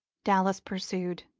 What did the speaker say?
dallas pursued.